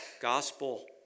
gospel